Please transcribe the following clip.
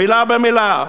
מילה במילה: